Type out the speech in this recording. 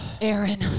Aaron